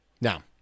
Now